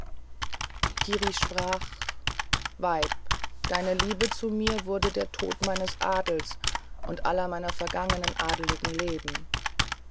kiri sprach weib deine liebe zu mir wurde der tod meines adels und aller meiner vergangenen adligen leben